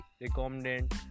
recommend